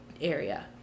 area